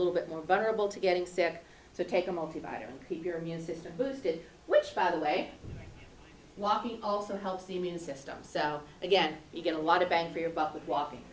little bit more vulnerable to getting sick so take a multivitamin keep your immune system boosted which by the way walking also helps the immune system so again you get a lot of bang for your bu